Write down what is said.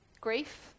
Grief